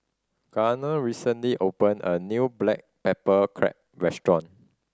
Garner recently opened a new black pepper crab restaurant